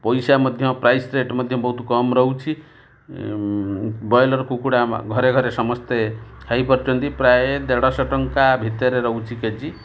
ପଇସା ମଧ୍ୟ price rate ମଧ୍ୟ ବହୁତ କମ୍ ରହୁଛି ବ୍ରଏଲର୍ କୁକୁଡ଼ା ଘରେ ଘରେ ସମସ୍ତେ ଖାଇପାରୁଛନ୍ତି ପ୍ରାୟେ ଦେଢ଼ଶହ ଟଙ୍କା ଭିତରେ ରହୁଛି କେଜି